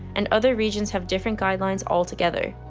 and other regions have different guidelines altogether.